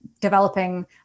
developing